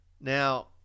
now